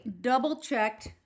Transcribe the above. double-checked